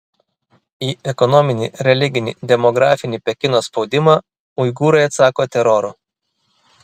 į ekonominį religinį demografinį pekino spaudimą uigūrai atsako teroru